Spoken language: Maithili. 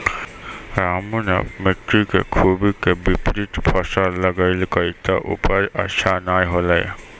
रामू नॅ मिट्टी के खूबी के विपरीत फसल लगैलकै त उपज अच्छा नाय होलै